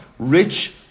Rich